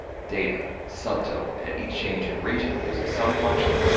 data, subtotal, at each change in region use the sum function.